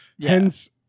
Hence